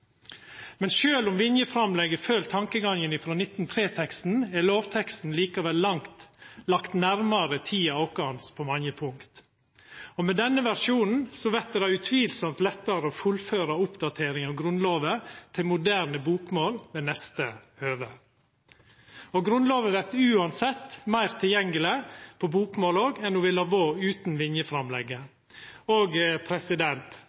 Men sjølv om Vinje-framlegget følgjer tankegangen frå 1903-teksten, er lovteksten likevel lagt nærmare tida vår på mange punkt. Med denne versjonen vert det utvilsamt lettare å fullføra oppdatering av Grunnlova til moderne bokmål ved neste høve. Grunnlova vert uansett meir tilgjengeleg på bokmål òg enn ho ville ha vore utan